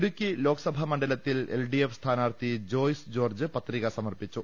Idukki Lok Sabha മണ് ഡിലിത്തിൽ L DF സ്ഥാനാർത്ഥി Joyce George പത്രിക സമർപ്പിച്ചു